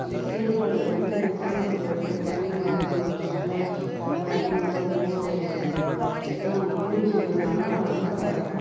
திருவள்ளுவர் வந்து திருக்குறளை எழுதியவர் தமிழ்மொழியின் முதல் முதல்ல அதை படிக்கும் போது ஒவ்வொரு இதுவும் புரிஞ்சுக்கிறது நல்ல ரொம்ப